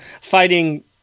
fighting